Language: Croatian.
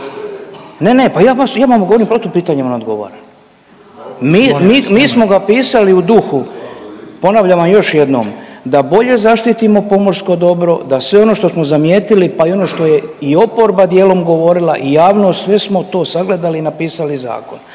…/Upadica: Molim vas nemojte./… Mi, mi smo ga pisali u duhu, ponavljam vam još jednom da bolje zaštitimo pomorsko dobro, da sve ono što smo zamijetili pa i ono što je i oporba dijelom govorila pa i javnost sve smo to sagledali i napisali zakon.